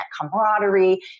camaraderie